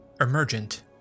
Emergent